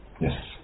Yes